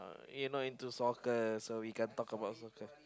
you not into soccer so we can't talk about soccer